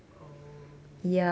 oh